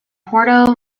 puerto